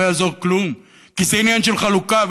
לא יעזור כלום, כי זה עניין של חלוקה.